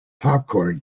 popcorn